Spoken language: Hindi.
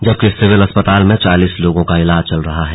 जबकि सिविल अस्पताल में चालीस लोगों का इलाज चल रहा है